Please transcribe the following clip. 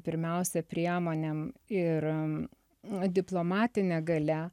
pirmiausia priemonėm ir diplomatine galia